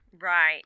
Right